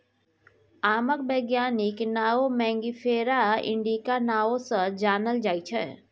आमक बैज्ञानिक नाओ मैंगिफेरा इंडिका नाओ सँ जानल जाइ छै